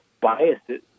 biases